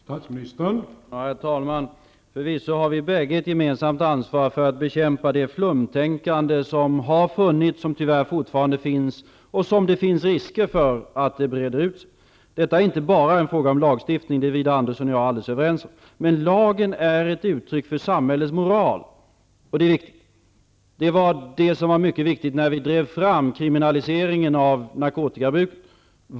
Herr talman! Förvisso har vi båda ett gemensamt ansvar för att bekämpa det flumtänkande som har funnits och som tyvärr fortfarande finns. Det finns också risk för att det breder ut sig. Detta är inte bara en fråga om lagstiftning. Det är Widar Andersson och jag helt överens om. Men lagen är ett utryck för samhällets moral, och det är viktigt. Det var mycket viktigt när vi drev fram kriminaliseringen av narkotikabruket.